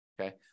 Okay